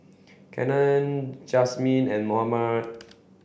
Kenney Jazmin and Mohammad